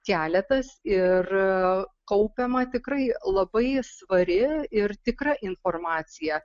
keletas ir kaupiama tikrai labai svari ir tikra informacija